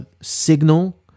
signal